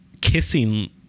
kissing